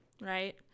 Right